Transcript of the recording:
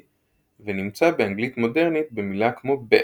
ונמצא באנגלית מודרנית במילה כמו bed